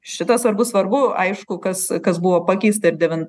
šitas svarbu svarbu aišku kas kas buvo pakeista ir devin